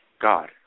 God